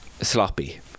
Sloppy